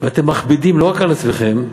ואתם מכבידים לא רק על עצמכם,